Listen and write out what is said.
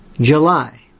July